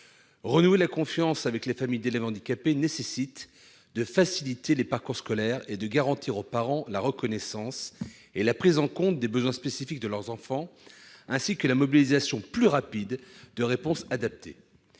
Renouer la confiance avec les familles d'élèves handicapés nécessite de faciliter les parcours scolaires et de garantir aux parents la reconnaissance et la prise en compte des besoins spécifiques de leurs enfants, ainsi que la mobilisation plus rapide de réponses adaptées.